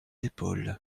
épaules